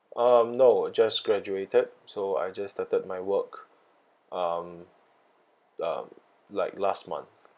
um no just graduated so I just started my work um um like last month